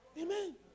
Amen